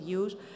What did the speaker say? use